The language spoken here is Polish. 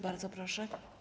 Bardzo proszę.